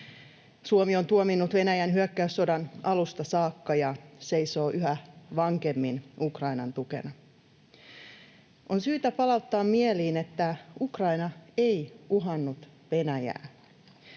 Suomi on tuominnut Venäjän hyökkäyssodan alusta saakka ja seisoo yhä vankemmin Ukrainan tukena. On syytä palauttaa mieliin, että Ukraina ei uhannut Venäjää.